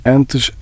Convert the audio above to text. Antes